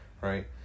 Right